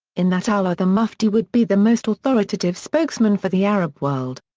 in that hour the mufti would be the most authoritative spokesman for the arab world.